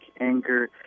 anger